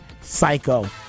Psycho